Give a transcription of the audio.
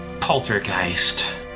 Poltergeist